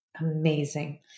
Amazing